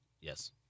yes